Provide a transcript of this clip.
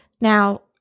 Now